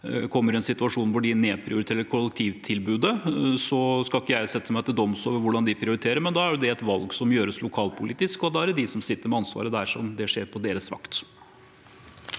kommer i en situasjon hvor de nedprioriterer kollektivtilbudet, skal ikke jeg sette meg til doms over det og hvordan de prioriterer. Da er det et valg som gjøres lokalpolitisk, og da er det de som sitter med ansvaret, dersom det skjer på deres vakt.